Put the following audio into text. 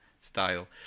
style